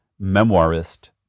memoirist